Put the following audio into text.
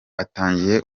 atangiye